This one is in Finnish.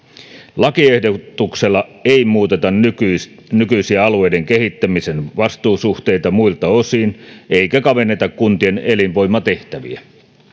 lakiehdotuksella ei muuteta nykyisiä alueiden kehittämisen vastuusuhteita muilta osin eikä kavenneta kuntien elinvoimatehtäviä